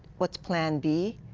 what is plan b.